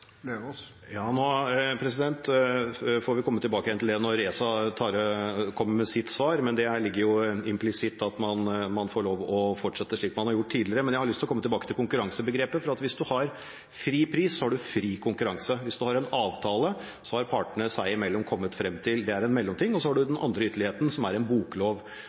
får komme tilbake til det når ESA kommer med sitt svar, men det ligger implisitt at man får lov til å fortsette slik man har gjort tidligere. Jeg har lyst til å komme tilbake til konkurransebegrepet. Hvis man har fri pris, har man fri konkurranse. Hvis man har en avtale, har partene seg imellom kommet frem til den. Det er en mellomting. Så har man den andre ytterligheten, som er en boklov.